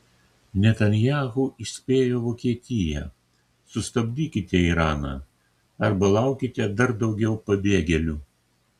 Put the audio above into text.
netanyahu įspėjo vokietiją sustabdykite iraną arba laukite dar daugiau pabėgėlių